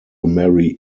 marry